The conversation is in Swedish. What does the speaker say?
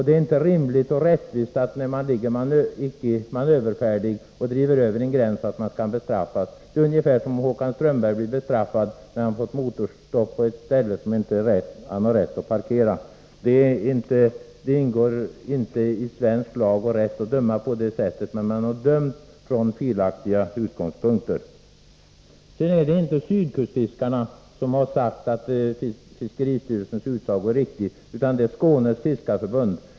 Det är inte rimligt och rättvist att man när man ligger manöverfärdig och driver över en gräns skall bestraffas. Det är ungefär som om Håkan Strömberg skulle bli straffad när han får motorstopp på ett ställe där han inte har rätt att parkera. Det överensstämmer inte med svensk lag och rätt att döma på det sättet. Man har dömt från felaktiga utgångspunkter. Sedan är det inte sydkustsfiskarna som har sagt att fiskeristyrelsens utsago är riktig, utan det är Skånes fiskareförbund.